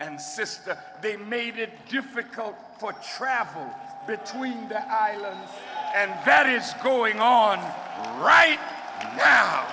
and sister they made it difficult for travel between and that is going on right wow